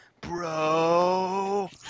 bro